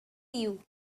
you